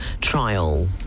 trial